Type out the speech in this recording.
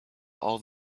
all